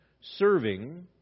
serving